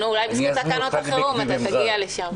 אולי בזכות תקנות החירום תגיע לשם,